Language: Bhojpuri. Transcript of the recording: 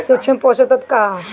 सूक्ष्म पोषक तत्व का ह?